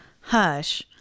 hush